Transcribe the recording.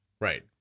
right